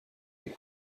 est